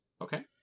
Okay